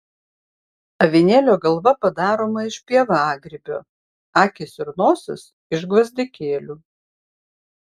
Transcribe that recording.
avinėlio galva padaroma iš pievagrybio akys ir nosis iš gvazdikėlių